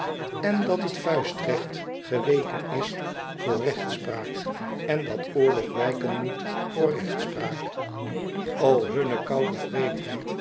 en dat het vuistrecht geweken is voor rechtspraak en dat oorlog wijken met voor rechtspraak o hunne koude wreedheid